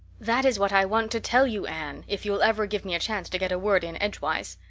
that is what i want to tell you, anne, if you'll ever give me a chance to get a word in edgewise.